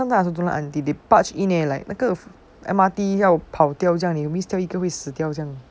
sometime I also don't like aunty they barge in eh like 那个 M_R_T 要跑掉这样你 miss 掉一个会死掉这样